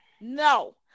No